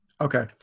Okay